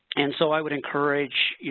and so, i would encourage,